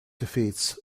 defeats